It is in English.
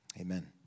Amen